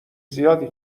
زیادی